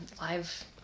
live